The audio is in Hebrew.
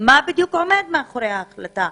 מה בדיוק עומד מאחורי ההחלטה.